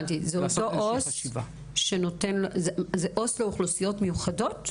זה עו"ס לאוכלוסיות מיוחדות?